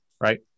Right